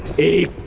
a